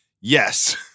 yes